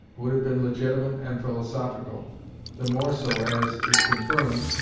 would have been legitimate and philosophical the more so, as, if confirmed,